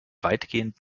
weitgehend